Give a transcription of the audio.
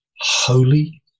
holy